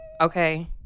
Okay